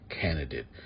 candidate